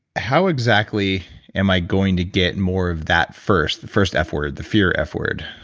how exactly am i going to get more of that first? the first f word, the fear f word,